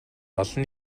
олон